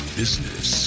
business